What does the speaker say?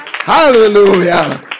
Hallelujah